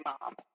mom